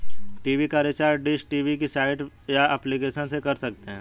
TV का recharge dish TV की site या एप्लीकेशन से कर सकते है